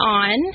on